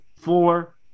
four